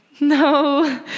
no